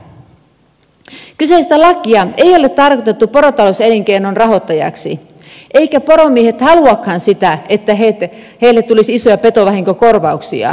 kyseistä lakia ei ole tarkoitettu porotalouselinkeinon rahoittajaksi eivätkä poromiehet haluakaan sitä että heille tulisi isoja petovahinkokorvauksia